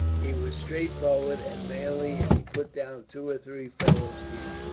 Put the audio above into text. he was straightforward and manly, and he put down two or three fellows here,